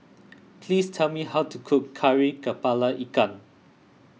please tell me how to cook Kari Kepala Ikan